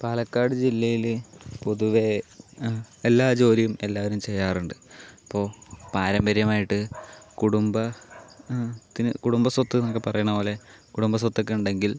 പാലക്കാട് ജില്ലയിൽ പൊതുവേ എല്ലാ ജോലിയും എല്ലാവരും ചെയ്യാറുണ്ട് ഇപ്പോൾ പാരമ്പര്യമായിട്ട് കുടുംബത്തിന് കുടുംബസ്വത്ത് എന്നൊക്കെ പറയണപോലെ കുടുംബ സ്വത്തൊക്കെ ഉണ്ടെങ്കിൽ